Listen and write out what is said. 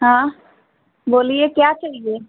हाँ बोलिए क्या चाहिए